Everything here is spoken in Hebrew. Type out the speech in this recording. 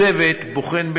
הצוות בוחן,